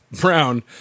Brown